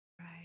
right